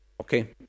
Okay